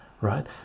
right